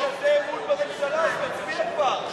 אם יש כזה אמון בממשלה אז תצביעו כבר.